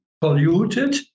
polluted